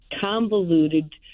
convoluted